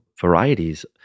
varieties